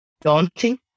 daunting